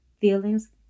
feelings